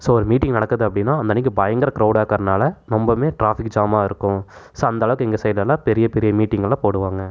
so ஒரு meeting நடக்குது அப்படின்னா அந்தன்றைக்கு பயங்கர க்ரௌடாக இருக்கிறதுனால ரொம்பவுமே டிராஃபிக் ஜாமாக இருக்கும் ஸோ அந்த அளவுக்கு எங்கள் சைடெல்லாம் பெரிய பெரிய மீட்டிங்கெல்லாம் போடுவாங்க